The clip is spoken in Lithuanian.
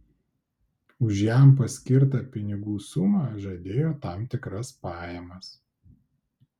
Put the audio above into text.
už jam paskirtą pinigų sumą žadėjo tam tikras pajamas